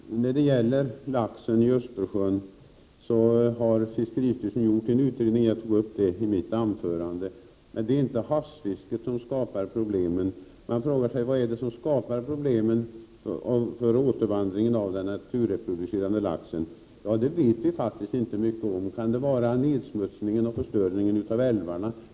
Herr talman! När det gäller laxen i Östersjön har fiskeristyrelsen gjort en utredning, vilket jag nämnde i mitt anförande, men det är inte havsfisket som skapar problemen. Man kan fråga vad det är som skapar problemen för återvandringen av den naturreproducerade laxen. Men det vet vi faktiskt inte så mycket om. Kan det vara nedsmutsningen och förstörelsen av älvarna?